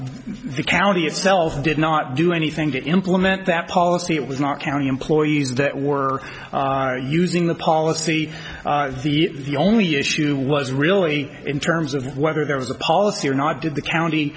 the county itself did not do anything to implement that policy it was not county employees that were using the policy the only issue was really in terms of whether there was a policy or not did the county